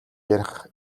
ярих